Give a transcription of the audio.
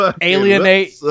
Alienate